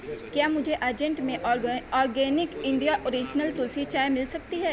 کیا مجھے ارجنٹ میں آرگئے آرگینک انڈیا اوریجنل تلسی چائے مل سکتی ہے